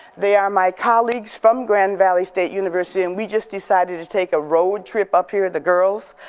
they are my colleagues from grand valley state university and we just decided to take a road trip up here, the girls,